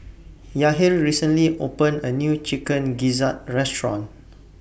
Yahir recently opened A New Chicken Gizzard Restaurant